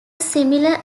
similar